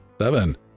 Seven